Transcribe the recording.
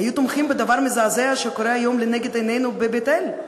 היו תומכים בדבר מזעזע אשר קורה היום לנגד עינינו בבית-אל,